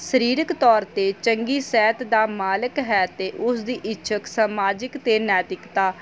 ਸਰੀਰਕ ਤੌਰ 'ਤੇ ਚੰਗੀ ਸਿਹਤ ਦਾ ਮਾਲਕ ਹੈ ਅਤੇ ਉਸ ਦੀ ਇੱਛੁਕ ਸਮਾਜਿਕ ਅਤੇ ਨੈਤਿਕਤਾ